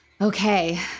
Okay